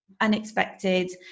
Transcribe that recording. unexpected